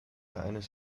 eines